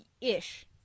Ish